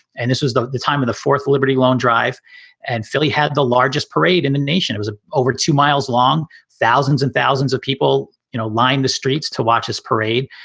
and this is the the time of the fourth liberty loan drive and philly had the largest parade in the nation. it was ah over two miles long. thousands and thousands of people you know lined the streets to watch this parade.